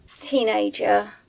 teenager